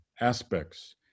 aspects